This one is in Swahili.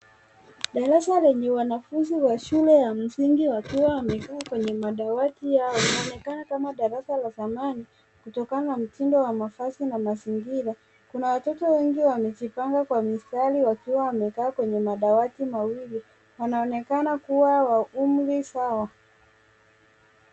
Darasaa lenye wanafunzi wa shule ya msingi wakiwa wamekaa kwenye madawati yao wanaonekana la zamani kutokana na mtindo wa mavazi na mazingira. kuna watotp wengi wamejipanga ndani wakiwa darasakwenye madawayi